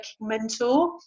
mentor